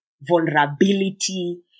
vulnerability